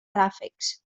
ràfecs